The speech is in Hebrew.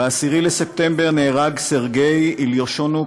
ב-10 בספטמבר נהרג סרגיי איליושונוק,